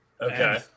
Okay